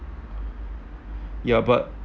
ya but